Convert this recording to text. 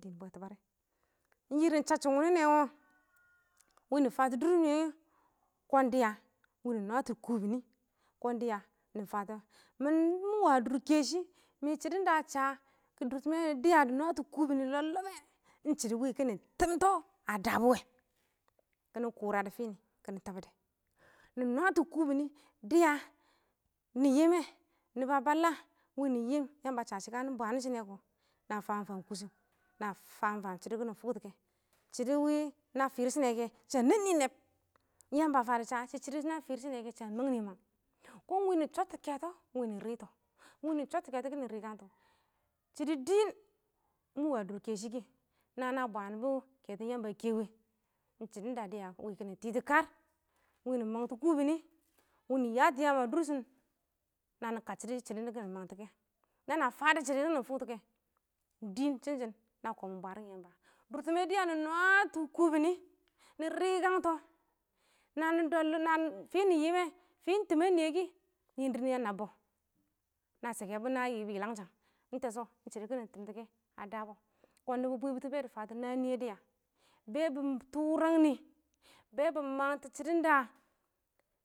shashɪm wɪnɪ nɛ wɔ wɪ nɪ fatɔ dʊr nɪyɛ wɪ, kɔn dɪya nɪ nwatɔ kubini, kɔn dɪya nɪ fatɔ, mɪ wa dʊr kɛshɪ, mɪ shɪdɔn da a sha dʊrtɪmɛ wɪnɪ dɪya dɪ nwatɔ kubini lɔb lɔbbɛ, ɪng shɪdɔ wɪ kɪnɪ tɪmtɔ a dabʊwɛ, kɪnɪ kʊra dɪ fɪnɪ kɪnɪ tabɔ dɛ, nɪ nwa tɔ kubini dɪya, nɪ yɪm mɛ, nɪba balla ɪng wɪ nɪ yɪɪm. Yamba a sha shɪ ka nɪ bwaan shɪnɛ kɔ na faam faam kʊshɛm na faam faam shɪdɔ kɪnɪ fʊktʊ kɛ. shɪdɔ wɪ na fɪr shɪnɛ kɛ, sha nɛɛn nɪ nɛb, ɪng yamba fa dɪ sha shɪ shɪdɔ wɪ na fɪr shɪnɛ kɛ sha mangnɪ mang, kɔn wɪnɪ chɔttɔ kɛtɔ, wɪ nɪ rɪtɔ, kɪnɪ chɔttɔ kɛtɔ kɪnɪ rɪkangtɔ shidi dɪɪn mɪ wa dʊr kɛshi ɪng na na bwaanbʊ kɛtʊn yamba a kɛ wɪ ɪng shɪdɔn da dɪya kɪnɪ tɪtɔ kaar ɪng wɪ nɪ mangtɔ kubini ɪng wɪ nɪ yatɔ yaan a dʊrshɪn nɪ, nanɪ kadchʊdɔ shɪdɔ nɪ mangtɔ kɛ, nana fadɔ shɪdɔ yɪlɪm wɪnɪ fʊktʊ kɛ, dɪɪn shɪnshɪn nakɔ mɪn bwaankɪn yamba, dʊrtɪmɛ dɪya nɪ nwatɔ kubini nɪ rɪkangtɔ, na nɪ dɔldɔ fɪɪn tɪmɛn nɪyɛ kɪ, nɪɪn dɪrr nɪyɛ a nabbɔ na na yɪbɔ yɪlangshank, ɪng tɛshɔ, ɪng shɪdɔ kɪnɪ tɪmtɔ kɛ a dabɔ kɔn nɪbɔ bwɪbɪtɔ bɛ dɪ fatɔ naan nɪyɛ, dɪya bɛ dɪ tʊrangnɪ, bɛ dɪ mangtɔ shɪdɔn da